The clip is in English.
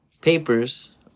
papers